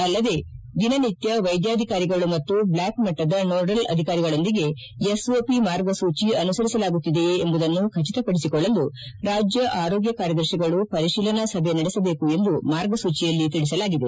ಅಲ್ಲದೆ ದಿನನಿತ್ಯ ವೈದ್ಯಾಧಿಕಾರಿಗಳು ಮತ್ತು ಬ್ಲ್ವಾಕ್ ಮಟ್ಟದ ನೋಡಲ್ ಅಧಿಕಾರಿಗಳೊಂದಿಗೆ ಎಸ್ಒಪಿ ಮಾರ್ಗಸೂಚಿ ಅನುಸರಿಸಲಾಗುತ್ತಿದೆಯೇ ಎಂಬುದನ್ನು ಖಚಿತಪಡಿಸಿಕೊಳ್ಳಲು ರಾಜ್ಯ ಆರೋಗ್ಯ ಕಾರ್ಯದರ್ತಿಗಳು ಪರಶೀಲನಾ ಸಭೆ ನಡೆಸಬೇಕು ಎಂದು ಮಾರ್ಗಸೂಚಿಯಲ್ಲಿ ತಿಳಿಸಲಾಗಿದೆ